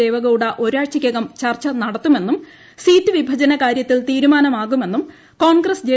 ദേവഗൌഡ ഒരാഴ്ചയ്ക്കുകാട് ചർച്ച നടത്തുമെന്നും സീറ്റ് വിഭജന കാര്യത്തിൽ തീരുമാന്മ്യാക്യുമെന്നും കോൺഗ്രസ്സ് ജെ